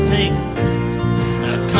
Sing